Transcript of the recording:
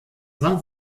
war